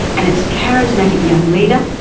and its charismatic young leader,